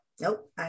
nope